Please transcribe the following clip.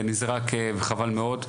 נזרק וחבל מאוד,